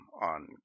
on